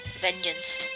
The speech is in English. vengeance